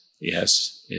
yes